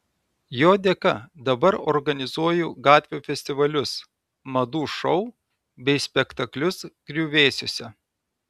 jo dėka dabar organizuoju gatvių festivalius madų šou bei spektaklius griuvėsiuose